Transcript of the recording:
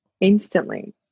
instantly